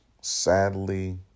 sadly